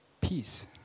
peace